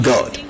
God